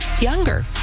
younger